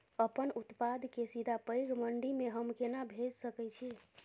अपन उत्पाद के सीधा पैघ मंडी में हम केना भेज सकै छी?